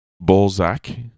Balzac